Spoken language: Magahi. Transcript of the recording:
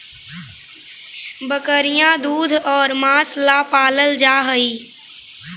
बकरियाँ दूध और माँस ला पलाल जा हई